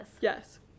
Yes